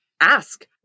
ask